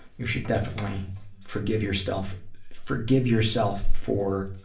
you should definitely forgive yourself forgive yourself for